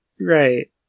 Right